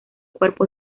cuerpo